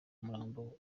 umurambo